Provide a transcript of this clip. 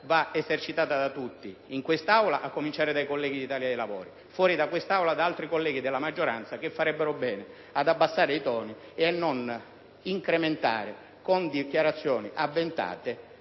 deve esercitata da tutti: in quest'Aula a cominciare dai colleghi dell'Italia dei Valori, fuori da quest'Aula da altri colleghi della maggioranza, che farebbero bene ad abbassare i toni e a non incrementare, con dichiarazioni avventate,